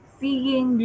seeing